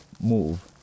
move